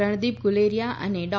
રણદીપ ગુલેરીયા અને ડૉ